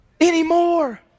anymore